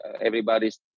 everybody's